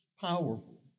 powerful